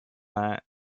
night